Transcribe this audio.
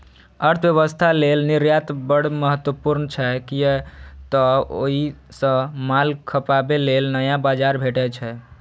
अर्थव्यवस्था लेल निर्यात बड़ महत्वपूर्ण छै, कियै तं ओइ सं माल खपाबे लेल नया बाजार भेटै छै